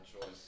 choice